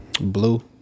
Blue